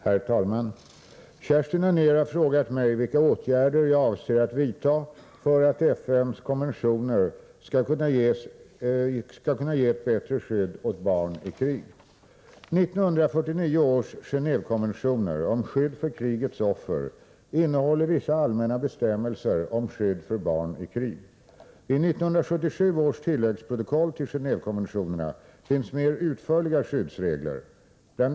Herr talman! Kerstin Anér har frågat mig vilka åtgärder jag avser vidta för att FN:s konventioner skall kunna ge ett bättre skydd åt barn i krig. 1949 års Gendvekonventioner om skydd för krigets offer innehåller vissa allmänna bestämmelser om skydd för barn i krig. I 1977 års tilläggsprotokoll till Geneévekonventionerna finns mer utförliga skyddsregler. Bl.